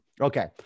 Okay